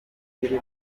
bibiri